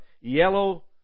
yellow